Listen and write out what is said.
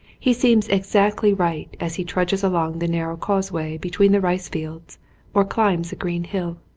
he seems exactly right as he trudges along the narrow causeway between the rice fields or climbs a green hill.